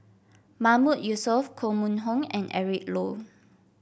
Mahmood Yusof Koh Mun Hong and Eric Low